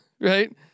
right